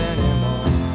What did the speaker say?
Anymore